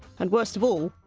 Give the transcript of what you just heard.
and worst of all,